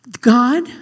God